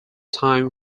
time